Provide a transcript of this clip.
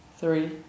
three